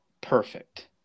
perfect